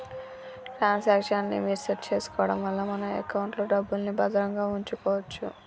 transaction limit set చేసుకోడం వల్ల మన ఎకౌంట్లో డబ్బుల్ని భద్రంగా వుంచుకోచ్చు